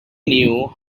knew